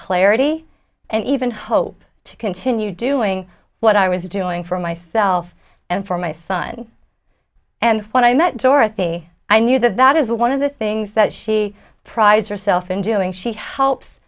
clarity and even hope to continue doing what i was doing for myself and for my son and when i met dorothy i knew that that is one of the things that she prize herself in doing she helps